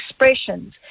expressions